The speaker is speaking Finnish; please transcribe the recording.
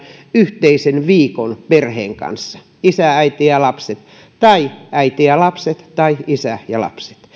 yhteisen viikon perheen kanssa isä äiti ja lapset tai äiti ja lapset tai isä ja